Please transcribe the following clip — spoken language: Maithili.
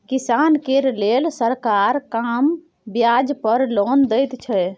किसान केर लेल सरकार कम ब्याज पर लोन दैत छै